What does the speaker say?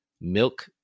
milk